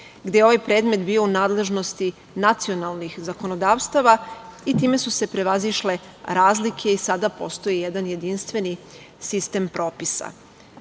gde je ovaj predmet bio u nadležnosti nacionalnih zakonodavstava i time su se prevazišle razlike i sada postoji jedan jedinstveni sistem propisa.